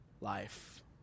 life